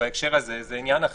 שבהקשר הזה זה עניין אחר,